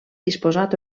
disposat